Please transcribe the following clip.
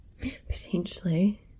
Potentially